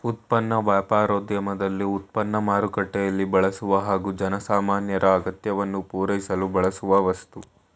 ಉತ್ಪನ್ನ ವ್ಯಾಪಾರೋದ್ಯಮದಲ್ಲಿ ಉತ್ಪನ್ನ ಮಾರುಕಟ್ಟೆಯಲ್ಲಿ ಬಳಸುವ ಹಾಗೂ ಜನಸಾಮಾನ್ಯರ ಅಗತ್ಯವನ್ನು ಪೂರೈಸಲು ಬಳಸುವ ವಸ್ತು